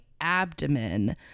abdomen